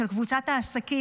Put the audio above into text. של קבוצת העסקים,